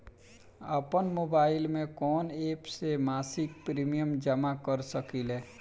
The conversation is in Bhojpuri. आपनमोबाइल में कवन एप से मासिक प्रिमियम जमा कर सकिले?